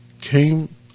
came